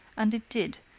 and it did,